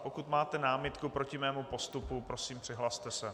Pokud máte námitku proti mému postupu, prosím, přihlaste se.